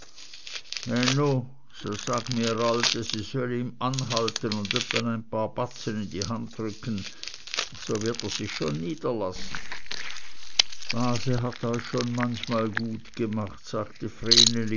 so sag myr alte sie söll ihm anhalten und öppe ein paar batzen in die hand drücken so wird er sich schon niederlassen base hat euch schon manchmal gut gemacht sagte